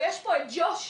חד מיניות,